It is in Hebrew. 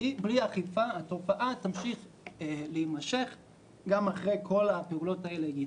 כי בלי אכיפה התופעה תימשך גם אחרי שכל הפעולות האלה יתבצעו.